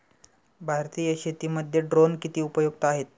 भारतीय शेतीमध्ये ड्रोन किती उपयुक्त आहेत?